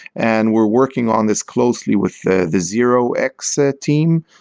and we're working on this closely with the the zero x ah team,